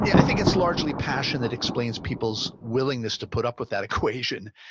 yeah i think it's largely passion that explains people's willingness to put up with that equation.